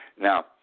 Now